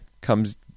comes